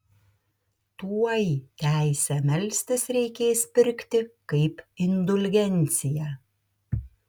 tuoj teisę melstis reikės pirkti kaip indulgenciją